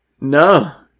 No